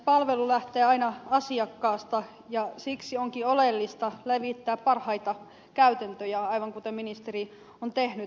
palvelu lähtee aina asiakkaasta ja siksi onkin oleellista levittää parhaita käytäntöjä aivan kuten ministeri on tehnyt